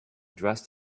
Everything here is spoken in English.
dressed